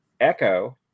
Echo